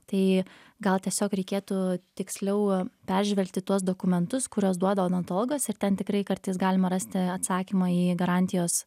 tai gal tiesiog reikėtų tiksliau peržvelgti tuos dokumentus kuriuos duoda odontologas ir ten tikrai kartais galima rasti atsakymą į garantijos